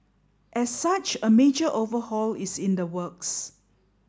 as such a major overhaul is in the works